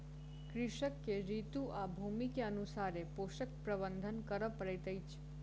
कृषक के ऋतू आ भूमि के अनुसारे पोषक प्रबंधन करअ पड़ैत अछि